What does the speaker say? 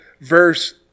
verse